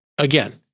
Again